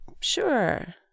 sure